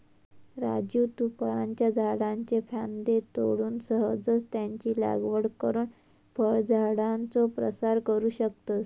राजू तु फळांच्या झाडाच्ये फांद्ये तोडून सहजच त्यांची लागवड करुन फळझाडांचो प्रसार करू शकतस